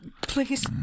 Please